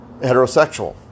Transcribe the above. heterosexual